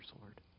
Lord